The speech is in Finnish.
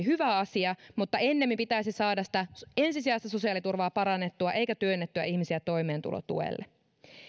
hyvä asia mutta ennemmin pitäisi saada sitä ensisijaista sosiaaliturvaa parannettua eikä työnnettyä ihmisiä toimeentulotuelle